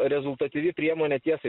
rezultatyvi priemonė tiesai